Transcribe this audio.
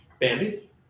Bambi